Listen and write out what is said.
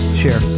share